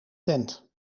tent